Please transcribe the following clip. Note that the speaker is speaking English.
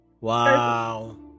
Wow